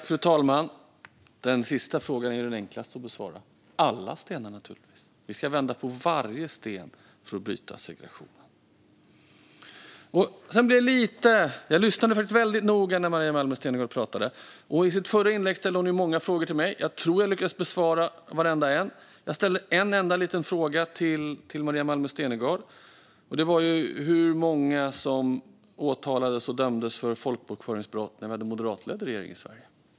Fru talman! Den sista frågan är den enklaste att besvara: Naturligtvis alla stenar. Vi ska vända på varje sten för att bryta segregationen. Jag lyssnade väldigt noga när Maria Malmer Stenergard talade. I sitt första inlägg ställde hon många frågor till mig. Jag tror att jag lyckades besvara varenda en. Själv ställde jag en enda liten fråga till Maria Malmer Stenergard. Det gällde hur många som åtalades och dömdes för folkbokföringsbrott när vi hade en moderatledd regering i Sverige.